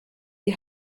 die